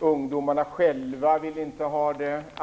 Ungdomarna själva vill inte ha den.